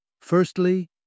Firstly